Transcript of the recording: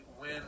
win